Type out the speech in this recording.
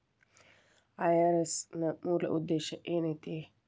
IRS ನ ಮೂಲ್ ಉದ್ದೇಶ ಏನೈತಿ?